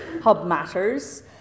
hubmatters